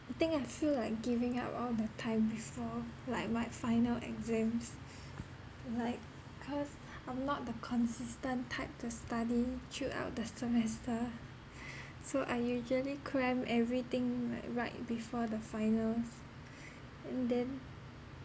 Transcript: I think I feel like giving up all the time before like my final exams like cause I'm not the consistent type to study throughout the semester so I usually cram everything like right before the finals and then